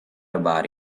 about